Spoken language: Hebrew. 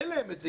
אין להם את זה,